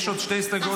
יש עוד שתי הסתייגויות,